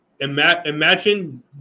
imagine